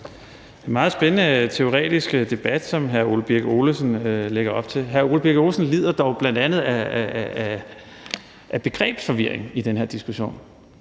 en meget spændende teoretisk debat, som hr. Ole Birk Olesen lægger op til. Hr. Ole Birk Olesen lider dog bl.a. af begrebsforvirring i den her diskussion.